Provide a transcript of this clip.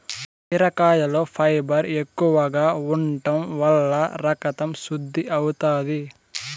బీరకాయలో ఫైబర్ ఎక్కువగా ఉంటం వల్ల రకతం శుద్ది అవుతాది